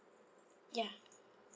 ya